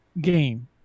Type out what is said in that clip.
game